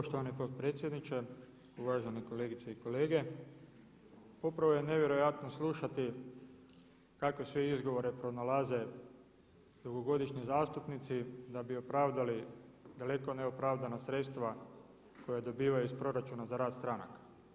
Poštovani potpredsjedniče, uvažene kolegice i kolege upravo je nevjerojatno slušati kakve sve izgovore pronalaze dugogodišnji zastupnici da bi opravdali daleko neopravdana sredstva koja dobivaju iz proračuna za rad stranaka.